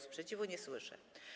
Sprzeciwu nie słyszę.